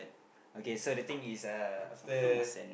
okay so the thing is uh after